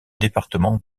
département